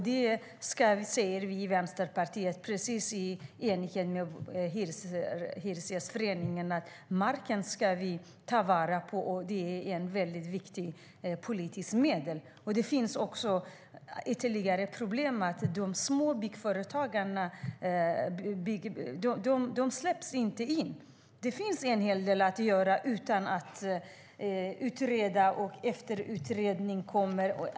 Vi i Vänsterpartiet säger precis i enlighet med Hyresgästföreningen att vi ska ta vara på marken - det är ett viktigt politiskt medel. Det finns ytterligare problem med att de små byggföretagen inte släpps in. Det finns en hel del att göra utan att utreda.